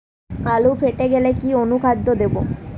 আলু ফেটে গেলে কি অনুখাদ্য দেবো?